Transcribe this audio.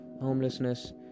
homelessness